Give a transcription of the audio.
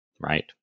right